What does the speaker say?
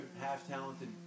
half-talented